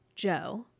Joe